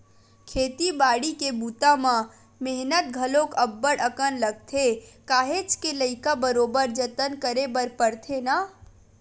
खेती बाड़ी के बूता म मेहनत घलोक अब्ब्ड़ अकन लगथे काहेच के लइका बरोबर जतन करे बर परथे ना